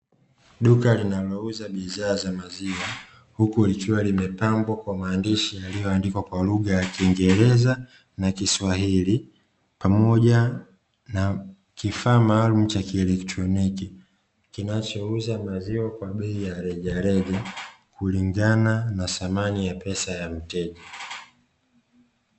Duka linalouza bidhaa za maziwa, huku likiwa limepangwa kwa maandishi ya yaliyo andikwa lugha ya kingereza na kiswahili, pamoja na kifaa maalumu cha kieletronoki, kinachouza maziwa kwa bei ya rejareja kulingana na thamani ya pesa kwa mteja.